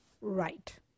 right